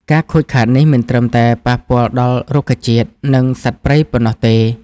ការខូចខាតនេះមិនត្រឹមតែប៉ះពាល់ដល់រុក្ខជាតិ និងសត្វព្រៃប៉ុណ្ណោះទេ។